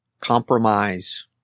Compromise